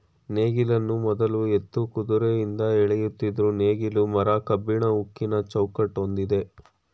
ನೇಗಿಲನ್ನು ಮೊದ್ಲು ಎತ್ತು ಕುದ್ರೆಯಿಂದ ಎಳಿತಿದ್ರು ನೇಗ್ಲು ಮರ ಕಬ್ಬಿಣ ಉಕ್ಕಿನ ಚೌಕಟ್ ಹೊಂದಯ್ತೆ